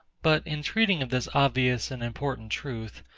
but, in treating of this obvious and important truth,